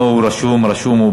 לא, הוא רשום, רשום.